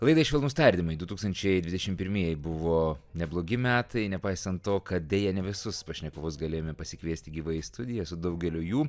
laidai švelnūs tardymai du tūkstančiai dvidešim pirmieji buvo neblogi metai nepaisant to kad deja ne visus pašnekovus galėjome pasikviesti gyvai į studiją su daugeliu jų